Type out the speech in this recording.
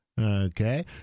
okay